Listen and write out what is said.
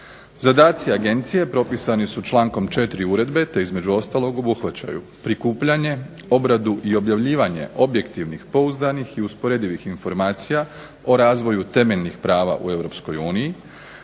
Zadaci Agencije propisani su člankom 4. Uredbe te između ostalog obuhvaćaju prikupljanje, obradu i objavljivanje objektivnih, pouzdanih i usporedivih informacija o razvoju temeljnih prava u EU,